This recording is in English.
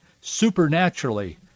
supernaturally